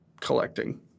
collecting